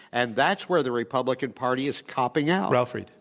and that's where the republican party is copping out. ralph reed.